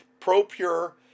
ProPure